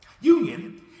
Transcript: Union